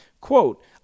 Quote